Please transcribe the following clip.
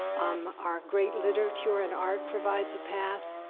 um our great literature and art provides a path.